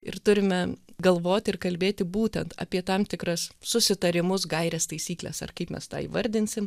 ir turime galvot ir kalbėti būtent apie tam tikras susitarimus gaires taisykles ar kaip mes tą įvardinsim